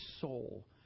soul